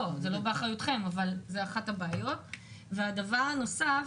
דבר נוסף,